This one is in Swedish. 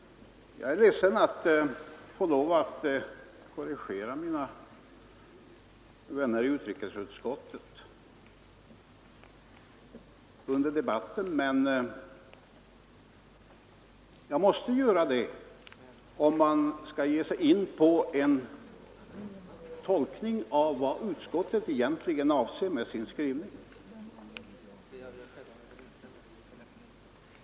Jag är ledsen över att nödgas korrigera mina vänner i utrikesutskottet under debatten, men jag måste göra det när man här ger sig in på vad utskottet egentligen avser med sin skrivning.